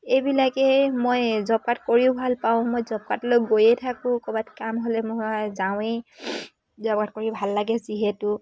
এইবিলাকেই মই job card কৰিও ভালপাওঁ মই জব কাৰ্ডলৈ গৈয়ে থাকোঁ ক'ৰবাত কাম হ'লে মই যাওঁৱেই জব কাৰ্ড কৰি ভাল লাগে যিহেতু